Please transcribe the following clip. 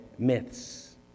myths